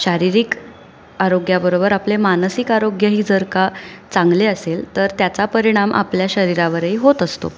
शारीरिक आरोग्याबरोबर आपले मानसिक आरोग्यही जर का चांगले असेल तर त्याचा परिणाम आपल्या शरीरावरही होत असतो